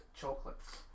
chocolates